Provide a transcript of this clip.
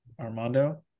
Armando